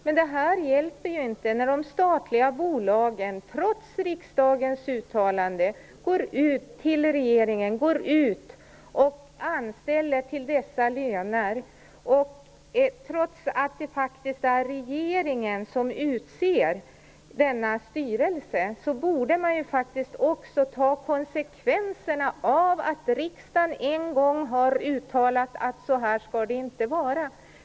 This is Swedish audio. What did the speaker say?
Men det här hjälper ju inte när de statliga bolagen, trots riksdagens uttalanden till regeringen, går ut och anställer till dessa löner. Trots att det faktiskt är regeringen som utser denna styrelse borde man ta konsekvenserna av att riksdagen en gång har uttalat att så här skall det inte vara.